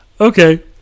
Okay